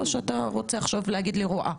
או שאתה רוצה להגיד לי רואה,